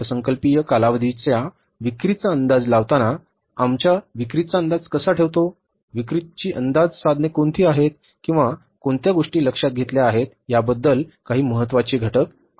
अर्थसंकल्पीय कालावधीच्या विक्रीचा अंदाज लावताना आम्ही आमच्या विक्रीचा अंदाज कसा ठेवतो विक्रीची अंदाजे साधने कोणती आहेत किंवा कोणत्या गोष्टी लक्षात घेतल्या आहेत याबद्दल काही महत्त्वाचे घटक आहेत